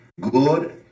good